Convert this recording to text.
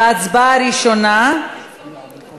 ההצעה להסיר מסדר-היום